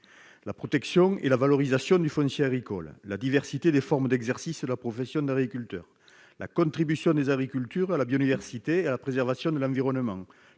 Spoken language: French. la protection et la valorisation du foncier agricole, la diversité des formes d'exercice de la profession d'agriculteur, la contribution des agricultures à la biodiversité et à la préservation de l'environnement,